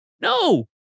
No